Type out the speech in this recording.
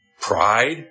Pride